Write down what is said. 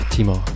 Timo